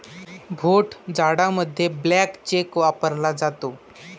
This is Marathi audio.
भोट जाडामध्ये ब्लँक चेक वापरला जातो